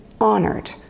honored